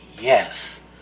yes